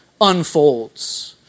unfolds